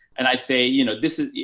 and i say, you know, this is,